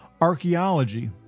archaeology